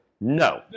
No